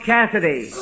Cassidy